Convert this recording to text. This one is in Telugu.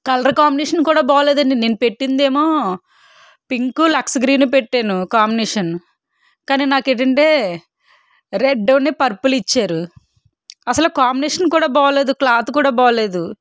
కలర్ కాంబినేషన్ కూడా బాగాలేదండి నేను పెట్టిందేమో పింకు లక్స్ గ్రీను పెట్టాను కాంబినేషను కానీ నాకేటంటే రెడ్డునీ పర్పల్ ఇచ్చారు అసలు కాంబినేషన్ కూడా బాగాలేదు క్లాత్ కూడా బాగాలేదు